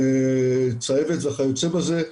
צהבת וכיוצא בזה,